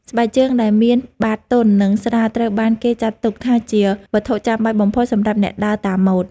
ស្បែកជើងដែលមានបាតទន់ និងស្រាលត្រូវបានគេចាត់ទុកថាជាវត្ថុចាំបាច់បំផុតសម្រាប់អ្នកដើរតាមម៉ូដ។